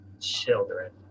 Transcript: children